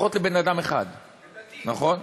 לפחות לבן-אדם אחד, נכון?